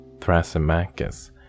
Thrasymachus